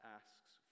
asks